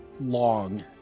long